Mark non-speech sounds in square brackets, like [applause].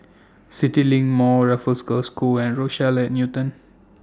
CityLink Mall Raffles Girls' School [noise] and Rochelle Newton